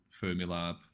Fermilab